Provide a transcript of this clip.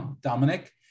Dominic